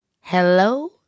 hello